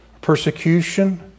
persecution